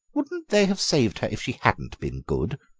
wouldn't they have saved her if she hadn't been good?